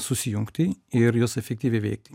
susijungti ir jos efektyviai veikti